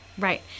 Right